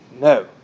No